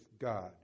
God